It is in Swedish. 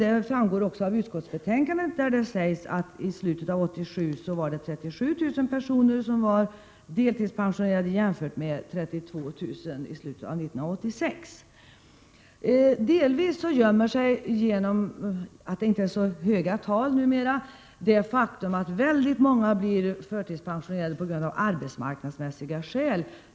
Det framgår också av utskottsbetänkandet, där det sägs att i slutet av 1987 var 37 000 personer deltidspensionerade, jämfört med 32 000 i slutet av 1986. Eftersom det inte är så höga tal numera, göms delvis det faktum att många blir förtidspensionerade av arbetsmarknadsmässiga skäl.